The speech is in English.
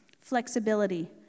Flexibility